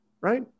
Right